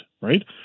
right